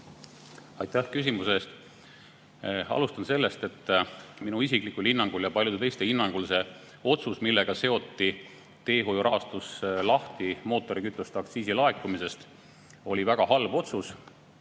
Aitäh küsimuse eest! Alustan sellest, et minu isiklikul hinnangul ja paljude teiste hinnangul see otsus, millega seoti teehoiurahastus lahti mootorikütuste aktsiisi laekumisest, oli väga halb otsus.